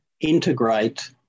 integrate